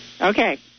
Okay